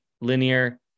linear